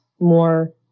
more